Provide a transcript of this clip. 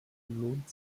lohnt